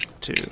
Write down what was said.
two